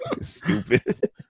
Stupid